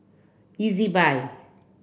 easy buy